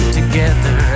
together